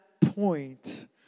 point